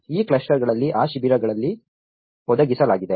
ಈ ಕ್ಲಸ್ಟರ್ಗಳಲ್ಲಿ ಆ ಶಿಬಿರಗಳಲ್ಲಿ ಒದಗಿಸಲಾಗಿದೆ